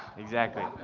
exactly.